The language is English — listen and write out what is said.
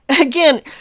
Again